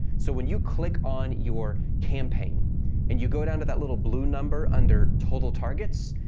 so, when you click on your campaign and you go down to that little blue number under total targets,